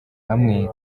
amwe